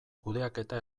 kudeaketa